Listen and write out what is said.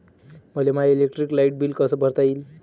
मले माय electric light bill कस भरता येईल?